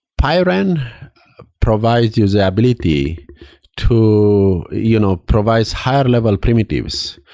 pywren provides you the ability to you know provides higher level primitives,